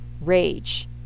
rage